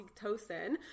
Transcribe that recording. oxytocin